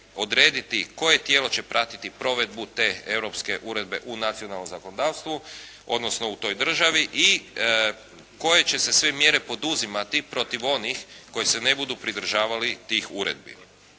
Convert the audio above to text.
odrediti koje tijelo će pratiti provedbu te europske uredbe u nacionalnom zakonodavstvu, odnosno u toj državi i koje će se sve mjere poduzimati protiv onih koji se ne budu pridržavali tih uredbi.